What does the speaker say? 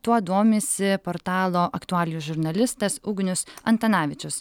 tuo domisi portalo aktualijų žurnalistas ugnius antanavičius